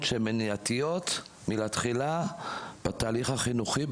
שהן מניעתיות מלכתחילה בתהליך החינוכי,